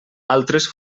altres